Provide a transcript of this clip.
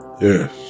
Yes